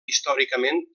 històricament